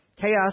Chaos